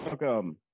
Welcome